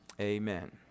Amen